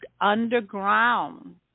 underground